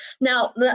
Now